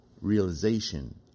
realization